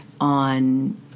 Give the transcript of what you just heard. on